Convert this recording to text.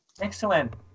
Excellent